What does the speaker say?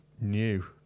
new